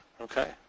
Okay